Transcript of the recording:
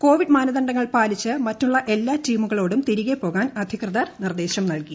Covid മാനദണ്ഡങ്ങൾ പാലിച്ച് മറ്റുള്ള എല്ലാ ടീമുകളോടും തിരികെ പോകാൻ അധികൃതർ നിർദ്ദേശം നൽകി